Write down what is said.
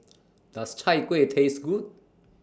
Does Chai Kuih Taste Good